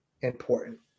important